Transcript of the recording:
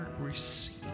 receive